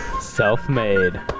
Self-made